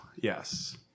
Yes